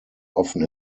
often